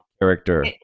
character